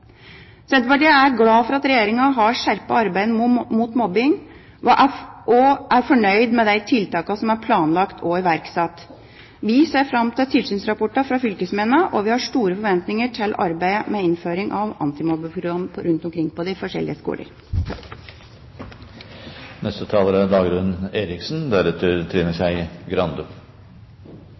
Senterpartiet er glad for at Regjeringa har skjerpet arbeidet mot mobbing, og er fornøyd med de tiltakene som er planlagt og iverksatt. Vi ser fram til tilsynsrapportene fra fylkesmennene, og vi har store forventninger til arbeidet med innføring av antimobbeprogammer rundt omkring på de forskjellige